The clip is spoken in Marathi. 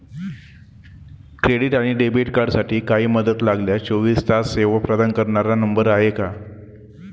क्रेडिट आणि डेबिट कार्डसाठी काही मदत लागल्यास चोवीस तास सेवा प्रदान करणारा नंबर आहे का?